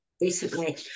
recently